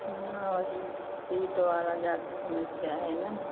हाँ और इस पेट वाला ज्यादा समस्या है ना